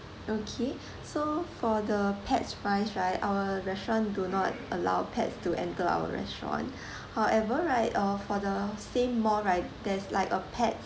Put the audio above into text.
okay so for the pets wise right our restaurant do not allow pets to enter our restaurant however right uh for the same mall right there's like a pet